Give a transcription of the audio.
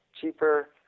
cheaper